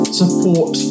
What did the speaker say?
support